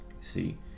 see